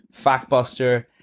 FactBuster